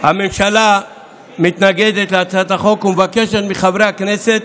הממשלה מתנגדת להצעת החוק ומבקשת מחברי הכנסת